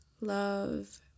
love